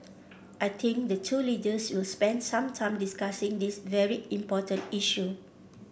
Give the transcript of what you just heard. I think the two leaders will spend some time discussing this very important issue